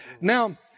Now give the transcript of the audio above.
Now